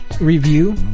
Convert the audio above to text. Review